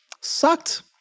sucked